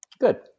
Good